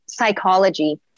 Psychology